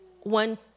one